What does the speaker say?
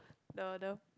the the